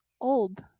Old